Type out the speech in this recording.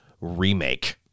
remake